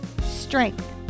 strength